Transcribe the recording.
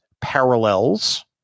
parallels